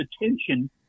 attention